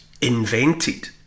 invented